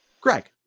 Greg